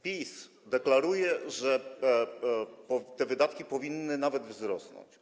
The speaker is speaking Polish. PiS deklaruje, że te wydatki powinny nawet wzrosnąć.